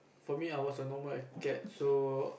for me I was a normal acad so